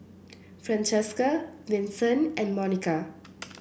Francesca Vincent and Monika